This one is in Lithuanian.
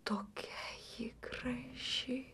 tokia ji graži